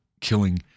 killing